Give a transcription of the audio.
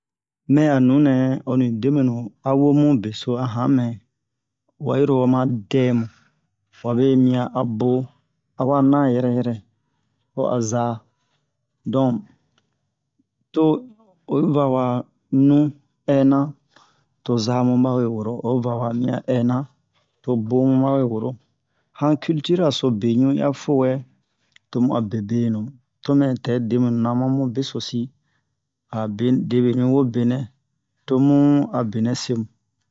mɛ a nu nɛ honi debwenu a mu beso a han mɛ wa yiro wa ma dɛ mu wabe miɲan a bo a wa na a yɛrɛ yɛrɛ ho a za donk to oyi va wa nu ɛnan to zamu bawe woro o va ha miɲan ɛnan to bomu ɓawe woro han kiltura so beɲu yi a fo wɛ to mu a bebenu to mɛ tɛ bebenu na ma mu besosi a be debwenu yi wo benɛ to mu a benɛ se mu